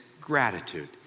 gratitude